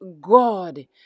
God